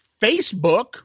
Facebook